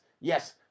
yes